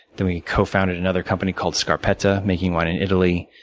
then, we co-founded another company called scarpetta making wine in italy.